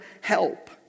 help